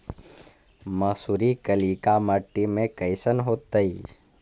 मसुरी कलिका मट्टी में कईसन होतै?